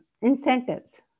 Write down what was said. incentives